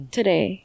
today